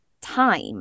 time